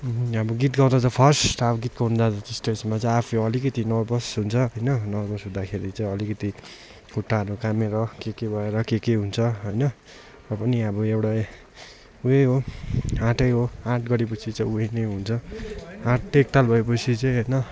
अब गीत गाउँदा चाहिँ फर्स्ट अब गीत गाउँदा स्टेजमा चाहिँ आफै अलिकति नर्भस हुन्छ होइन नर्भस हुँदाखेरि चाहिँ अलिकति खुट्टाहरू कामेर के के भएर के के हुन्छ होइन र पनि अब एउटा उयै हो आँटै हो आँट गरेपछि चाहिँ उयो नै हुन्छ आँट एकताल भएपछि चाहिँ होइन